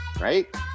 right